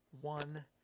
one